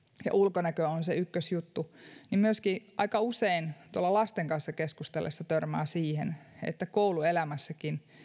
ja ulkonäkö on se ykkösjuttu niin myöskin aika usein lasten kanssa keskustellessa törmää siihen että kouluelämässä